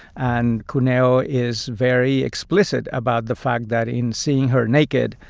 and cuneo is very explicit about the fact that, in seeing her naked,